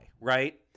right